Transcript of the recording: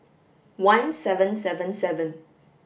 one seven seven seven